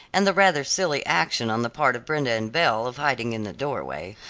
and the rather silly action on the part of brenda and belle of hiding in the doorway.